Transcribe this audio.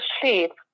sleep